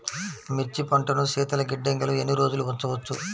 మిర్చి పంటను శీతల గిడ్డంగిలో ఎన్ని రోజులు ఉంచవచ్చు?